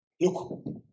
Look